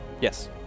Yes